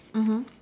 mmhmm